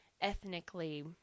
ethnically